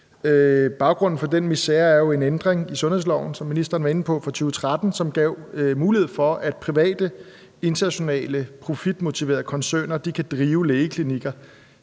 Baggrunden for den misere er jo en ændring i sundhedsloven, som ministeren var inde på, fra 2013, som gav mulighed for, at private internationale profitmotiverede koncerner kan drive lægeklinikker